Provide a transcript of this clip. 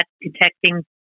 detecting